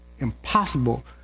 impossible